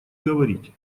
говорить